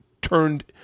turned